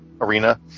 arena